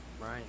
Right